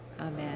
Amen